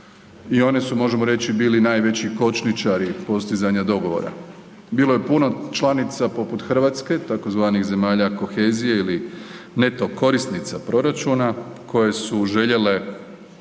i one su, možemo reći bili najveći kočničari postizanja dogovora. Bilo je puno članica, poput Hrvatske, tzv. zemalja kohezije ili neto korisnica proračuna koje su željele,